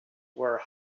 were